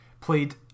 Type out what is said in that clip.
played